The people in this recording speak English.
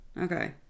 Okay